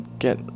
get